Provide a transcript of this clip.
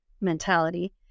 mentality